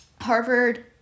Harvard